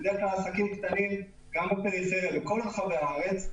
בדרך כלל עסקים קטנים גם בפריפריה ובכל רחבי הארץ,